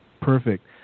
Perfect